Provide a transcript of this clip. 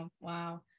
wow